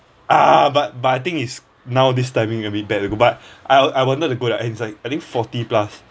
ah but but I think is now this timing a bit bad to go but I wanted to go and it's like I think forty plus